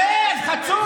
שב, חצוף.